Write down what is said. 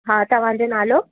हा तव्हांजो नालो